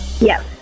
Yes